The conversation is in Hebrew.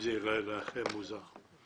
זה ייראה לכם מוזר.